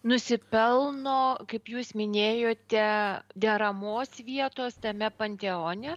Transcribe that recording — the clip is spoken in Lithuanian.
nusipelno kaip jūs minėjote deramos vietos tame panteone